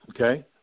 Okay